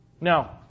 Now